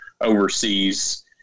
overseas